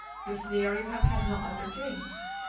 you swear you have had no other dreams?